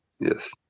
Yes